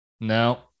No